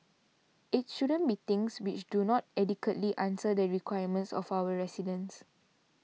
it shouldn't be things which do not adequately answer the requirements of our residents